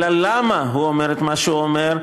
אלא למה הוא אומר את מה שהוא אומר,